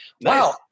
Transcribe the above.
Wow